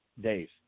days